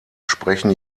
sprechen